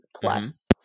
plus